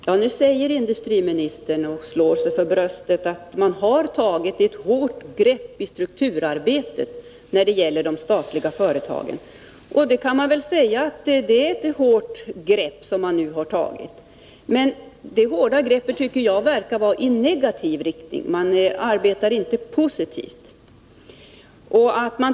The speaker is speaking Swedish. Herr talman! Nu slår sig industriministern för bröstet och säger att man har tagit ett hårt grepp i strukturarbetet när det gäller de statliga företagen. Man kan väl säga att det är ett hårt grepp som har tagits, men det hårda greppet tycker jag verkar vara i negativ riktning; man arbetar inte positivt.